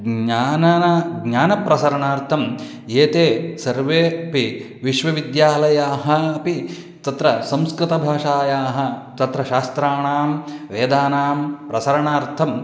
ज्ञानं ज्ञानप्रसरणार्थं एते सर्वेऽपि विश्वविद्यालयाः अपि तत्र संस्कृतभाषायाः तत्र शास्त्राणां वेदानां प्रसरणार्थम्